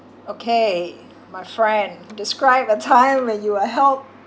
okay my friend describe a time when you were helped